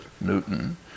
Newton